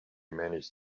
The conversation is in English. manage